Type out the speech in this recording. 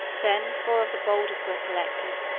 then four of the boldest were selected,